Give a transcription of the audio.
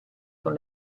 con